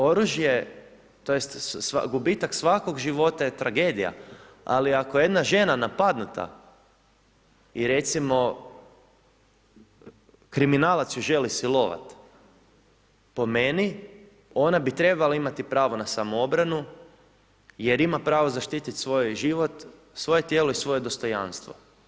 Oružje tj. gubitak svakog života je tragedija, ali ako je jedna žena napadnuta i recimo, kriminalac ju želi silovati, po meni, ona bi trebala imati pravo na samoobranu jer ima pravo zaštititi svoj život, svoje tijelo i svoje dostojanstvo.